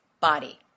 body